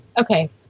Okay